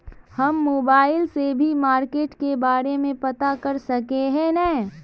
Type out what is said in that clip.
हम मोबाईल से भी मार्केट के बारे में पता कर सके है नय?